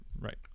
Right